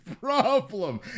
problem